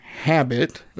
habit